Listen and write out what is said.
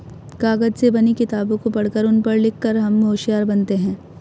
कागज से बनी किताबों को पढ़कर उन पर लिख कर हम होशियार बनते हैं